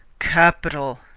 capital!